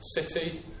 city